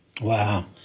Wow